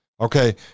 Okay